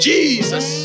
Jesus